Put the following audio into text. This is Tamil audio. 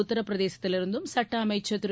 உத்திரப்பிரதேசத்திலிருந்தும் சட்ட அமைச்சர் திரு